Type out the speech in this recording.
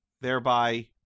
thereby